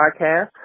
Podcast